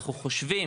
אנחנו חושבים,